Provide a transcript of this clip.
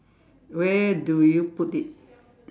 where do you put it